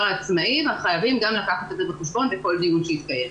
העצמאי וחייבים גם לקחת את זה בחשבון בכל דיון שיתקיים.